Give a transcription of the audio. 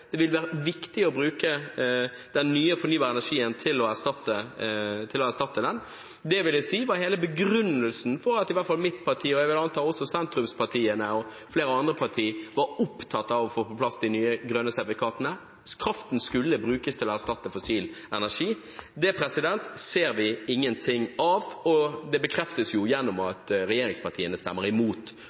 det vil være viktig å bruke den nye fornybare energien til å erstatte denne. Det vil jeg si var hele begrunnelsen for at i hvert fall mitt parti, og jeg vil anta også sentrumspartiene og flere andre partier, var opptatt av å få på plass de nye grønne sertifikatene: Kraften skulle brukes til å erstatte fossil energi. Det ser vi ingenting av, og det bekreftes jo gjennom at regjeringspartiene stemmer imot